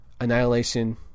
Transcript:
Annihilation